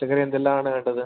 പച്ചക്കറി എന്തെല്ലാം ആണ് വേണ്ടത്